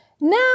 Now